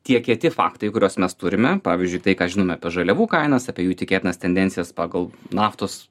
tie kiti faktai kuriuos mes turime pavyzdžiui tai ką žinome apie žaliavų kainas apie jų tikėtinas tendencijas pagal naftos